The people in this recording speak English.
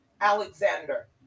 Alexander